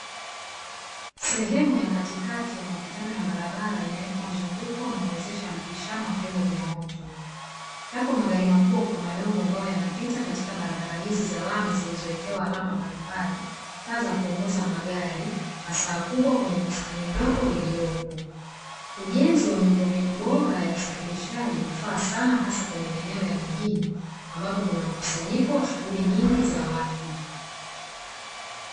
Sehemu ya katikati ya makutano ya barabara imewekwa mzunguko na uwezesha mpishano wa vyombo vya moto. Yako magari makubwa kwa madogo ambayo yanapita katika barabara hizi za lami zilizowekewa alama mbalimbali, taa za kuongoza magari na saa kubwa kwenye bustani ndogo iliopo. Ujenzi wa miundombinu bora ya usafirishaji hufaa sana hasa kwenye maeneo ya mijini ambapo kuna mkusanyiko wa shughuli nyingi za watu.